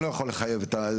אני לא יכול לחייב חוקית,